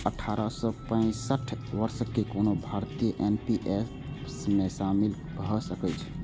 अठारह सं पैंसठ वर्षक कोनो भारतीय एन.पी.एस मे शामिल भए सकै छै